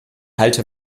halte